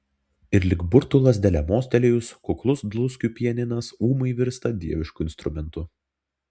ir lyg burtų lazdele mostelėjus kuklus dluskių pianinas ūmai virsta dievišku instrumentu